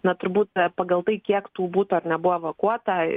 na turbūt pagal tai kiek tų butų ar ne buvo evakuota